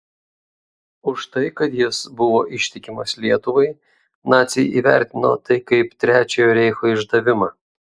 už tai kad jis buvo ištikimas lietuvai naciai įvertino tai kaip trečiojo reicho išdavimą